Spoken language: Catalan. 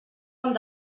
amb